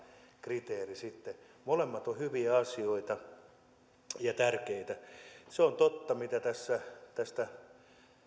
kriteeri molemmat ovat hyviä ja tärkeitä asioita se on totta mitä tässä sanottiin